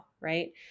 right